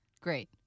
Great